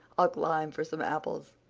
i'll climb for some apples.